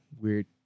weird